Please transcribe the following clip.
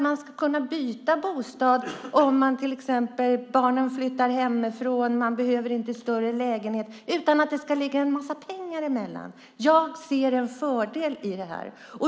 Man ska kunna byta bostad om till exempel barnen flyttar hemifrån och man inte behöver en större lägenhet utan att det ska ligga en massa pengar emellan. Jag ser en fördel i det.